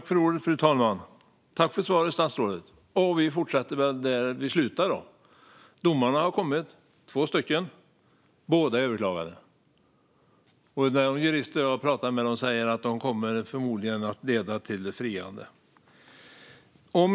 Fru talman! Tack för svaret, statsrådet! Vi fortsätter väl där vi slutade: Domarna har kommit, två stycken. Båda är överklagade. De jurister jag har pratat med säger att det förmodligen kommer att leda till frianden.